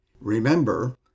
Remember